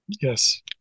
yes